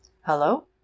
Hello